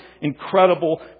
incredible